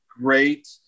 great